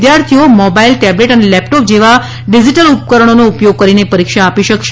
વિદ્યાર્થીઓ mobile tablet અને laptop જેવા ડિજીટલ ઉપકરણોનો ઉપયોગ કરીને પરીક્ષા આપી શકશે